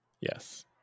Yes